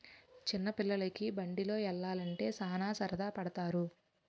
చిన్న పిల్లోలికి బండిలో యల్లాలంటే సాన సరదా పడతారు